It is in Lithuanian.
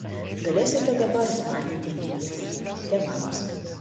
galėsite dabar zvanyti į lietuvą tėvams